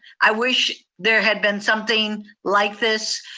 i wish there had been something like this.